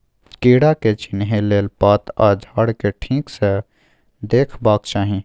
कीड़ा के चिन्हे लेल पात आ झाड़ केँ ठीक सँ देखबाक चाहीं